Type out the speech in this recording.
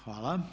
Hvala.